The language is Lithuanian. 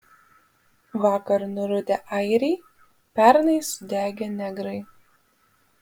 vakar nurudę airiai pernai sudegę negrai